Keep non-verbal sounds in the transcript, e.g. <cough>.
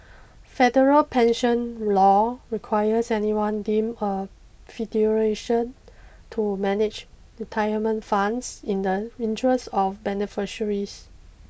federal pension law requires anyone deemed a <unintelligible> to manage retirement funds in the interest of beneficiaries